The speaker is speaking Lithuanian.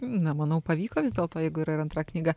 na manau pavyko vis dėlto jeigu yra ir antra knyga